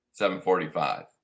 7.45